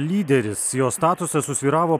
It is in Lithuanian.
lyderis jo statusas susvyravo